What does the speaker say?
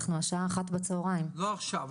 אני בשעה 13:00. לא עכשיו,